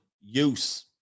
use